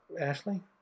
Ashley